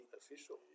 official